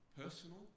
personal